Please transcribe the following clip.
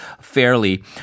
fairly